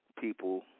People